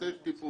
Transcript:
אני צריך טיפול.